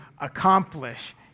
accomplish